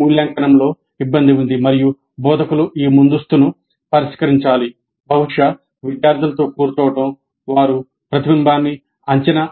మూల్యాంకనంలో ఇబ్బంది ఉంది మరియు బోధకులు ఈ ముందస్తును పరిష్కరించాలి బహుశా విద్యార్థులతో కూర్చోవడం వారు ప్రతిబింబాన్ని అంచనా